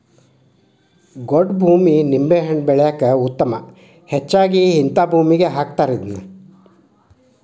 ಗೊಡ್ಡ ಭೂಮಿ ನಿಂಬೆಹಣ್ಣ ಬೆಳ್ಯಾಕ ಉತ್ತಮ ಹೆಚ್ಚಾಗಿ ಹಿಂತಾ ಭೂಮಿಗೆ ಹಾಕತಾರ ಇದ್ನಾ